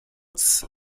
kurz